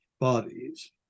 bodies